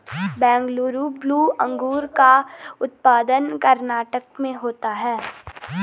Bengaluru blue अंगूर का उत्पादन कर्नाटक में होता है